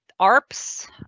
ARPS